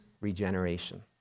regeneration